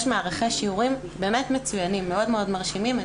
יש מערכי שיעור באמת מצוינים, מאוד מאוד מרשימים.